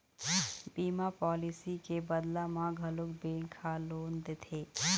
बीमा पॉलिसी के बदला म घलोक बेंक ह लोन देथे